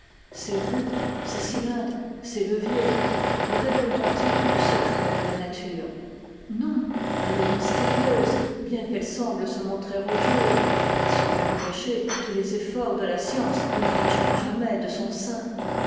ces roues ces cylindres ces leviers me révèlerontils le secret de la nature non elle est mystérieuse bien qu'elle semble se montrer au jour et ce qu'elle veut cacher tous les efforts de la science ne l'arracheront jamais de son sein